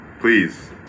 Please